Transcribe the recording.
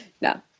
No